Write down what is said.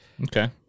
Okay